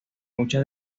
mucha